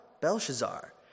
Belshazzar